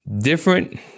different